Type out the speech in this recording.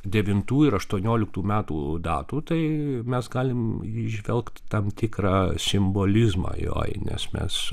devintų ir aštuonioliktų metų datų tai mes galim įžvelgt tam tikrą simbolizmą joj nes mes